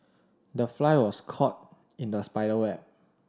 the fly was caught in the spider web